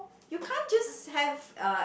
you can't just have uh